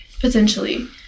potentially